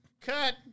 Cut